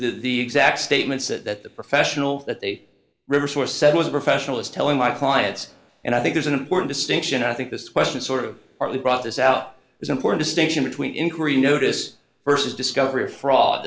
the exact statements that the professional that they reversed or said was a professional is telling my clients and i think there's an important distinction i think this wasn't sort of partly brought this out is important distinction between inquiry notice versus discovery of fraud